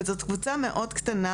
אבל זאת קבוצה מאוד קטנה.